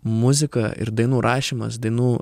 muzika ir dainų rašymas dainų